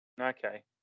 Okay